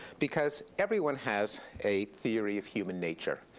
because everyone has a theory of human nature.